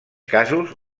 casos